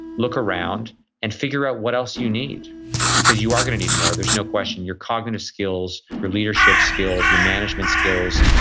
look around and figure out what else you need because you are going to need more there's no question your cognitive skills, your leadership skills, your management skills,